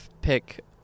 pick